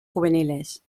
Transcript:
juveniles